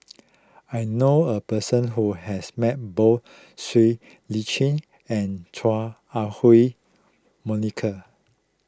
I knew a person who has met both Siow Lee Chin and Chua Ah Huwa Monica